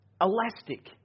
elastic